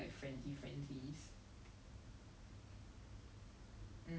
if not no one else in the in the family is gonna get well all so old already